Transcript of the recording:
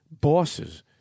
bosses